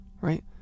right